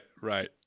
right